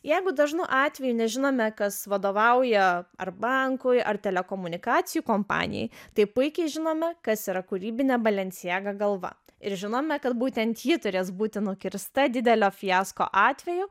jeigu dažnu atveju nežinome kas vadovauja ar bankui ar telekomunikacijų kompanijai tai puikiai žinome kas yra kūrybinė balencijaga galva ir žinome kad būtent ji turės būti nukirsta didelio fiasko atveju